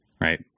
right